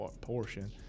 portion